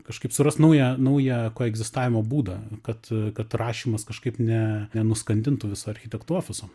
kažkaip surast naują naują koegzistavimo būdą kad kad rašymas kažkaip ne nenuskandintų viso architektų ofiso